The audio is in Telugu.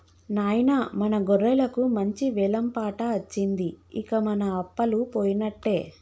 నాయిన మన గొర్రెలకు మంచి వెలం పాట అచ్చింది ఇంక మన అప్పలు పోయినట్టే